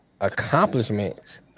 Accomplishments